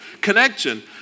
connection